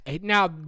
Now